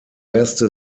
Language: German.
erste